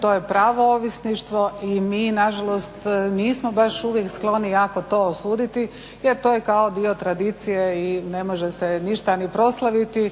to je pravo ovisništvo i mi nažalost nismo baš uvijek skloni jako to osuditi jer to je kao dio tradicije i ne može se ništa ni proslaviti